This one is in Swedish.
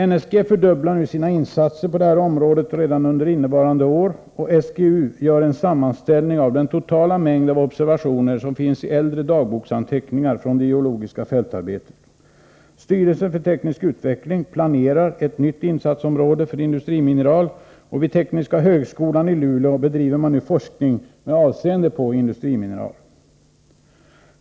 NSG fördubblar sina insatser på detta område redan innevarande år, och SGU gör en sammanställning av den totala mängd av observationer som finns i äldre dagboksanteckningar från det geologiska fältarbetet. Styrelsen för teknisk utveckling planerar ett nytt insatsområde för industrimineral, och vid tekniska högskolan i Luleå bedriver man nu forskning med avseende på industrimineral.